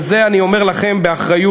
ואת זה אני אומר לכם באחריות,